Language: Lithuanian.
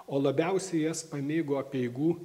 o labiausiai jas pamėgo apeigų